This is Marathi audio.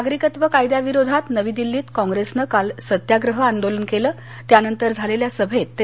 नागरिकत्व कायद्याविरोधात नवी दिल्लीत काँग्रेसनं काल सत्याग्रह आंदोलन केलं त्यानंतर झालेल्या सभेत ते बोलत होते